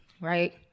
right